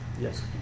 Yes